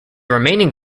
remaining